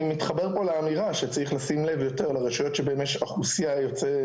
אני מתחבר פה לאמירה שצריך לשים לב לרשויות שהן אוכלוסיית יוצאי